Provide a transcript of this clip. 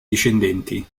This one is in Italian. discendenti